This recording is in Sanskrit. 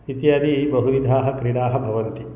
इत्यादि बहुविधाः क्रीडाः भवन्ति